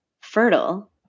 fertile